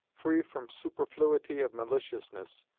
free from superfluity of maliciousness.